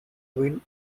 wind